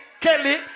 Kelly